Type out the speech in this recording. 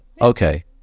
Okay